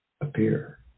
appear